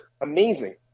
amazing